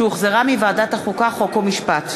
שהוחזרה מוועדת החוקה, חוק ומשפט.